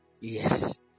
Yes